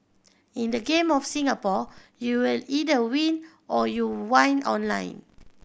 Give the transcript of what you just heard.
in the Game of Singapore you either win or you whine online